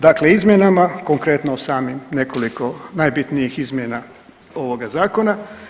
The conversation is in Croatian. Dakle izmjenama konkretno samih nekoliko najbitnijih izmjena ovoga zakona.